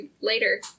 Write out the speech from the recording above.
later